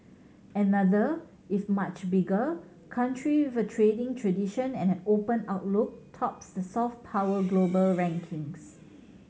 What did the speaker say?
another if much bigger country trading tradition and an open outlook tops the soft power global rankings